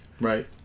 Right